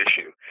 issue